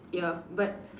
ya but